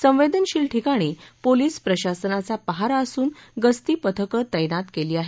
संवेदनशील ठिकाणी पोलीस प्रशासनाचा पहारा असून गस्तीपथकं तैनात केली आहेत